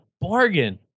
bargain